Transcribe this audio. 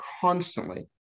constantly